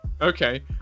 okay